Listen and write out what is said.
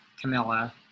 Camilla